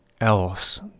else